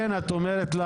אין לו